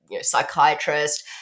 psychiatrist